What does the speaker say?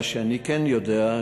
מה שאני כן יודע,